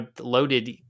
loaded